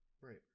Right